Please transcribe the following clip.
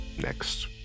next